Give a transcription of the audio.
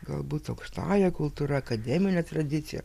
galbūt aukštąja kultūra akademine tradicija